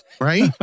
right